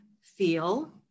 feel